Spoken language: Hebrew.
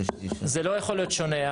זה לא יכול להיות שונה.